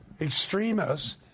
extremists